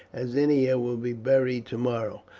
as ennia will be buried tomorrow.